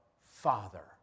Father